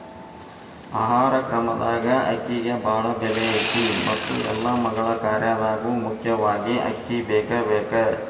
ಆಹಾರ ಕ್ರಮದಾಗ ಅಕ್ಕಿಗೆ ಬಾಳ ಬೆಲೆ ಐತಿ ಮತ್ತ ಎಲ್ಲಾ ಮಗಳ ಕಾರ್ಯದಾಗು ಮುಖ್ಯವಾಗಿ ಅಕ್ಕಿ ಬೇಕಬೇಕ